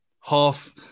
half